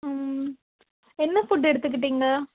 ம் என்ன ஃபுட் எடுத்துகிட்டிங்க